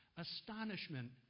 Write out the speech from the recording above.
astonishment